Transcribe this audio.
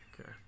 Okay